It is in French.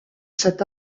cet